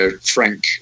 Frank